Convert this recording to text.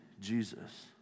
Jesus